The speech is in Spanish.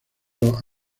los